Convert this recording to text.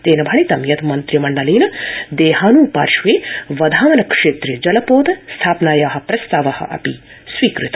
तेन भणितं यत् मन्त्रिमण्डलेन दहानू पार्श्वे वधावन क्षेत्रे जलपोत स्थापनाया प्रस्ताव अपि स्वीकृत